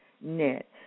net